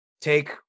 Take